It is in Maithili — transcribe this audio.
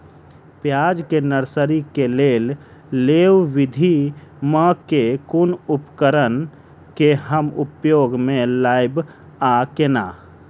प्याज केँ नर्सरी केँ लेल लेव विधि म केँ कुन उपकरण केँ हम उपयोग म लाब आ केना?